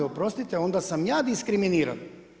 Oprostite onda sam ja diskriminiran.